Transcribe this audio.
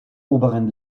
oberen